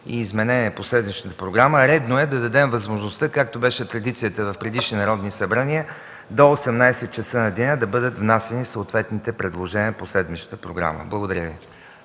и изменения по седмичната програма. Редно е да дадем възможността, както беше традицията в предишни народни събрания, до 18,00 ч. на деня да бъдат внасяни съответните предложения по седмичната програма. Благодаря Ви.